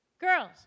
Girls